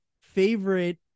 favorite